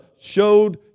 showed